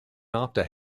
after